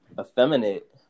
effeminate